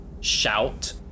shout